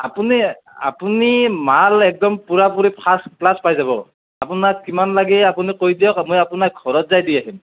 আপুনি আপুনি মাল একদম পুৰা পুৰি ফাষ্ট ক্লাছ পাই যাব আপোনাক কিমান লাগে আপুনি কৈ দিয়ক মই আপোনাক ঘৰত যায় দি আহিম